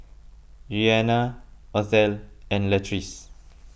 Rianna Othel and Latrice